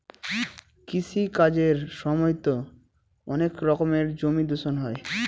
কৃষি কাজের সময়তো অনেক রকমের জমি দূষণ হয়